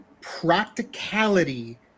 practicality